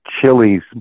chilies